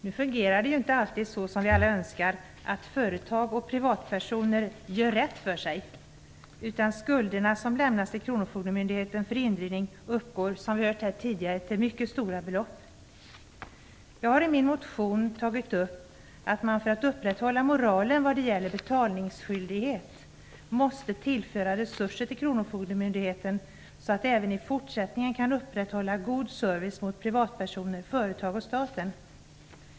Nu fungerar det ju inte alltid så som vi alla önskar, att företag och privatpersoner "gör rätt för sig", utan skulderna som lämnas till kronofogdemyndigheten för indrivning uppgår, som vi har hört här tidigare, till mycket stora belopp. Jag har i min motion tagit upp att vi för att upprätthålla moralen vad gäller betalningsskyldighet måste tillföra resurser till kronofogdemyndigheten så att man även i fortsättningen kan upprätthålla god service mot privatpersoner, företag och staten.